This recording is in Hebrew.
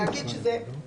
אזרח ישראלי, לא?